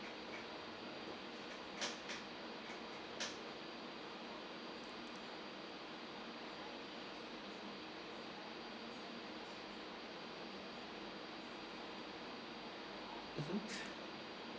mmhmm